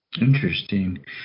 Interesting